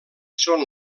són